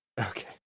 Okay